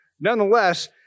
Nonetheless